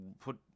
put